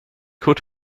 could